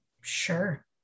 Sure